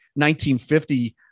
1950